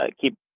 keep